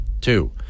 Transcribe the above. Two